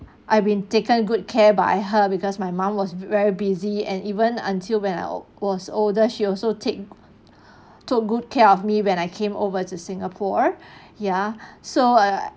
I've been taken good care by her because my mom was very busy and even until when I was older she also take took good care of me when I came over to singapore ya so uh